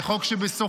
זה חוק שבסופו,